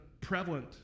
prevalent